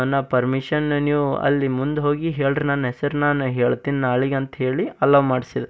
ನಾ ಪರ್ಮಿಷನ್ ನೀವು ಅಲ್ಲಿ ಮುಂದೆ ಹೋಗಿ ಹೇಳ್ರೀ ನನ್ನ ಹೆಸ್ರನ್ನ ನಾ ಹೇಳ್ತಿನಿ ನಾಳೆಗೆ ಅಂಥೇಳಿ ಅಲವ್ ಮಾಡಿಸಿದ